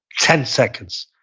ten seconds,